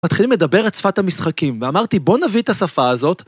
‫מתחילים לדבר את שפת המשחקים, ‫ואמרתי, בואו נביא את השפה הזאת.